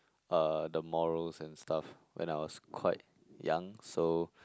uh the morals and stuff when I was quite young so